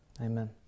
Amen